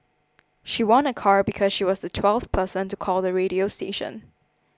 she won a car because she was the twelfth person to call the radio station